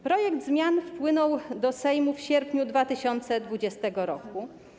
Projekt zmian wpłynął do Sejmu w sierpniu 2020 r.